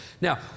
Now